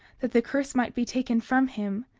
that the curse might be taken from him.